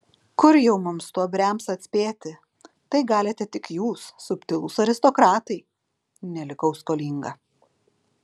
kur jau mums stuobriams atspėti tai galite tik jūs subtilūs aristokratai nelikau skolinga